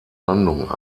landung